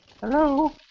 Hello